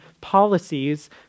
policies